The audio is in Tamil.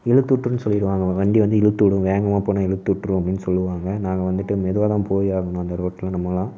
இழுத்து விட்துட்ருனு சொல்லிவிடுவாங்க வண்டி வந்து இழுத்து விடும் வேகமாக போனால் இழுத்துட்டுரும் அப்படினு சொல்லுவாங்க நாங்கள் வந்துட்டு மெதுவாகத்தான் போய் ஆகணும் அந்த ரோட்டில் நம்மல்லாம்